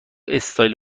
استایل